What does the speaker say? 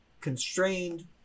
constrained